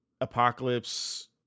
Apocalypse